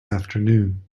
afternoon